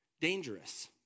dangerous